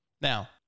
Now